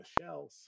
Michelle